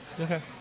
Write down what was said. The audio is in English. Okay